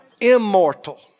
Immortal